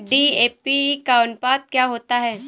DAP का अनुपात क्या होता है?